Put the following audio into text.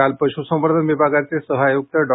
काल पश्संवर्धन विभागाचे सह आयुक्त डॉ